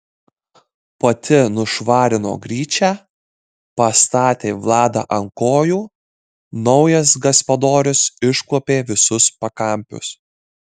pati nušvarino gryčią pastatė vladą ant kojų naujas gaspadorius iškuopė visus pakampius